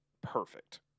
perfect